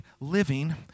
living